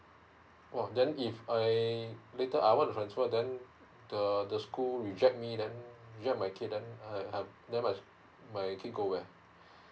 !wow! then if I um later I want to transfer then the the school reject me then reject my kid then I have my kid go where